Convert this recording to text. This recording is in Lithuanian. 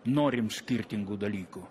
norim skirtingų dalykų